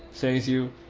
says you,